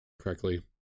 correctly